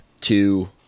two